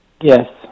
Yes